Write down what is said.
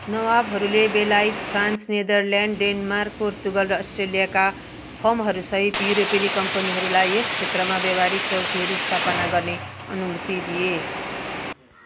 नवाबहरूले बेलायत France Netherlands Denmark Portugal र अस्ट्रियाका फर्महरूसहित युरोपेली कम्पनीहरूलाई यस क्षेत्रमा व्यापारिक चौकीहरू स्थापना गर्ने अनुमति दिए